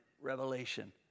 revelation